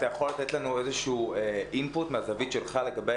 אתה יכול לתת לנו איזשהו אינפוט מהזווית שלך לגבי